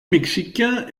mexicain